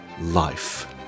life